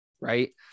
right